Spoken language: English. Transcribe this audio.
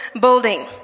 building